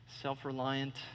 self-reliant